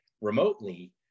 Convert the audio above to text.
remotely